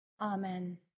Amen